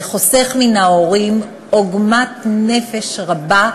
זה חוסך מן ההורים עוגמת נפש רבה,